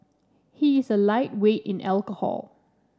he is a lightweight in alcohol